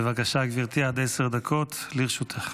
בבקשה, גברתי, עד עשר דקות לרשותך.